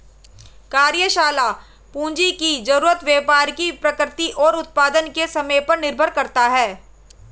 कार्यशाला पूंजी की जरूरत व्यापार की प्रकृति और उत्पादन के समय पर निर्भर करता है